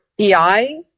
EI